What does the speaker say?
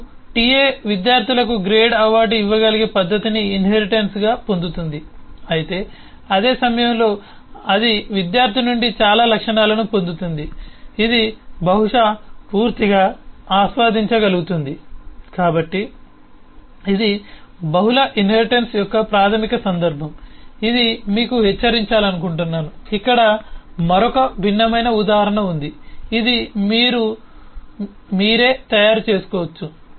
అప్పుడు TA విద్యార్థులకు grade award ఇవ్వగలిగే పద్ధతిని ఇన్హెరిటెన్స్గా పొందుతుంది అయితే అదే సమయంలో అది విద్యార్థి నుండి చాలా లక్షణాలను పొందుతుంది ఇది బహుశా పూర్తిగా ఆస్వాదించగలుగుతుంది కాబట్టి ఇది బహుళ ఇన్హెరిటెన్స్ యొక్క ప్రాథమిక సందర్భం ఇది మీకు హెచ్చరించాలనుకుంటున్నాను ఇక్కడ మరొక భిన్నమైన ఉదాహరణ ఉంది ఇది మీరు మీరే తయారు చేసుకోవచ్చు